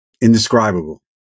indescribable